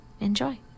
enjoy